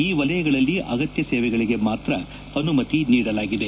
ಈ ವಲಯಗಳಲ್ಲಿ ಅಗತ್ಯ ಸೇವೆಗಳಿಗೆ ಮಾತ್ರ ಅನುಮತಿ ನೀಡಲಾಗಿದೆ